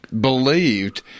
believed